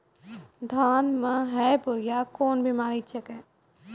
धान म है बुढ़िया कोन बिमारी छेकै?